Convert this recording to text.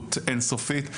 בצפיפות אין סופית?